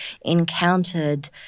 encountered